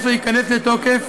18 ייכנס לתוקף